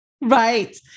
Right